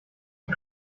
and